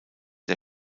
der